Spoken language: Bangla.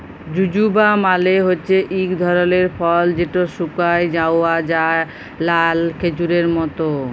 জুজুবা মালে হছে ইক ধরলের ফল যেট শুকাঁয় যাউয়া লাল খেজুরের মত